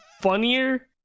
funnier